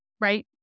right